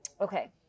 Okay